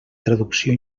traducció